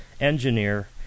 engineer